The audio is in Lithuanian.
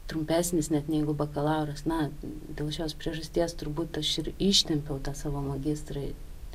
trumpesnis net nei bakalauras na dėl šios priežasties turbūt aš ir ištempiau tą savo magistrą